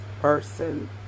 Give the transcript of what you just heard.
person